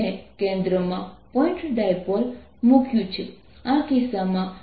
તેથી જો હું બાઉન્ડ પ્રવાહ ની ગણતરી કરું જે B છે જે Mn દ્વારા આપવામાં આવે છે